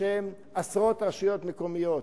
בשם עשרות רשויות מקומיות: